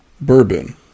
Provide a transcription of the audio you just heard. bourbon